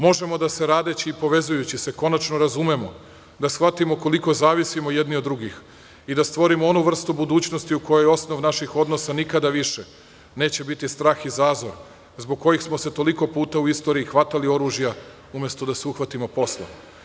Možemo da se radeći i povezujući konačno razumemo, da shvatimo koliko zavisimo jedni od drugih i da stvorimo onu vrstu budućnosti u kojoj osnov naših odnosa nikada više neće biti strah i zazor zbog kojih smo se toliko puta u istoriji hvatali oružja, umesto da se uhvatimo posla.